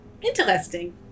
interesting